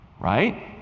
Right